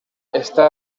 està